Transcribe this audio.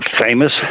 famous